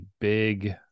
big